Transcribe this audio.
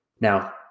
Now